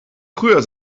früher